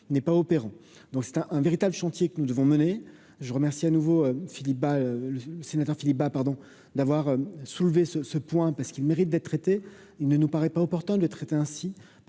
n'est pas opérant, donc c'est un un véritable chantier que nous devons mener, je remercie à nouveau Philippe Bas, le sénateur Philippe Bas, pardon d'avoir soulevé ce ce point parce qu'ils méritent d'être traités, il ne nous paraît pas opportun de traiter ainsi